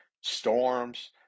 storms